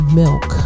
milk